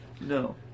No